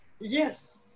Yes